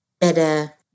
better